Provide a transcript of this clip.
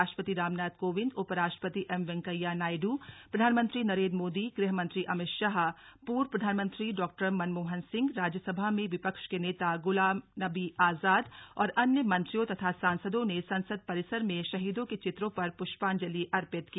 राष्ट्रपति रामनाथ कोविंद उपराष्ट्रपति एमवेंकैया नायडू प्रधानमंत्री नरेन्द् मोदी गृहमंत्री अमित शाह पूर्व प्रधानमंत्री डॉक्टर मनमोहन सिंह राज्यसभा में विपक्ष के नेता गुलाम नबी आजाद और अन्यं मंत्रियों तथा सांसदों ने संसद परिसर में शहीदों के चित्रों पर पुष्पांजलि अर्पित की